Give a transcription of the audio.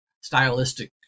stylistic